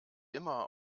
immer